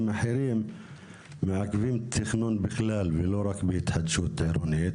אחרים מעכבים תכנון בכלל ולא רק בהתחדשות עירונית.